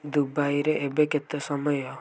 ଦୁବାଇରେ ଏବେ କେତେ ସମୟ